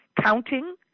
Counting